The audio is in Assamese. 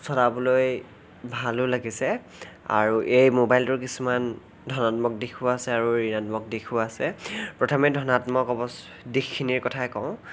চলাবলৈ ভালো লাগিছে আৰু এই মোবাইলটোৰ কিছুমান ধনাত্মক দিশো আছে আৰু ঋণাত্মক দিশো আছে প্ৰথমে ধনাত্মক অৱস্থ দিশখিনিৰ কথাই কওঁ